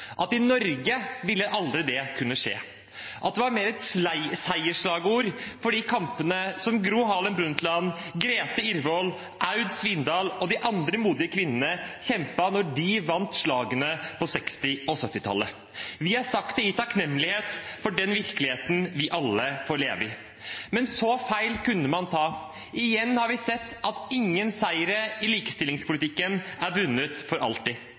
at i Norge ville det aldri kunne skje, og at det var mer et seierslagord for de kampene som Gro Harlem Brundtland, Grethe Irvoll, Aud Svindal og de andre modige kvinnene kjempet da de vant slagene på 1960- og 1970-tallet. Vi har sagt det i takknemlighet for den virkeligheten vi alle får leve i. Så feil kunne man ta. Igjen har vi sett at ingen seire i likestillingspolitikken er vunnet for alltid.